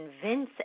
convince